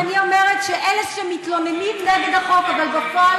אז אני אומרת שאלה מתלוננים נגד החוק אבל בפועל,